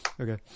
Okay